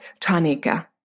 Tanika